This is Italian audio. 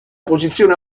posizione